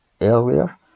earlier